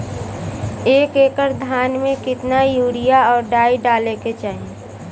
एक एकड़ धान में कितना यूरिया और डाई डाले के चाही?